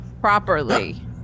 properly